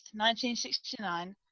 1969